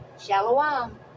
Shalom